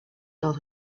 dat